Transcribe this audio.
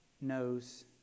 knows